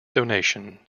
donation